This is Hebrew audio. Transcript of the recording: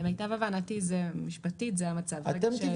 למיטב הבנתי המשפטית זה המצב, ברגע שהלקוח.